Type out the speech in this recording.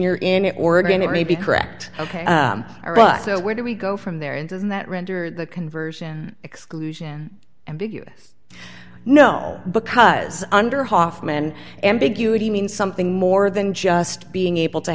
you're in oregon it may be correct ok but where do we go from there and isn't that render the conversion exclusion ambiguous no because under hoffman ambiguity means something more than just being able to